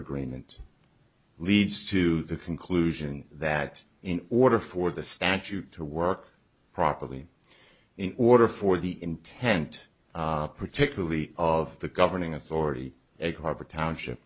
agreement leads to the conclusion that in order for the statute to work properly in order for the intent particularly of the governing authority